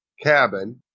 cabin